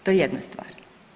To je jedna stvar.